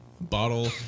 Bottle